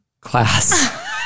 class